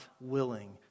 willing